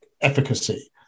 efficacy